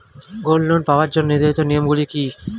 Gold loan পাওয়ার জন্য নির্ধারিত নিয়ম গুলি কি?